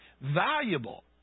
valuable